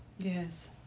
Yes